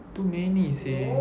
too many seh